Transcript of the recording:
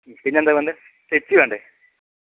പിന്നെന്താ വേണ്ടത് തെച്ചി വേണ്ടെ